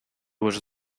was